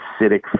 acidic